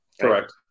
Correct